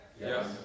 Yes